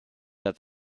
als